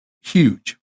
huge